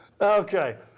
Okay